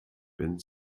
wenn